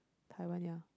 Taiwan ya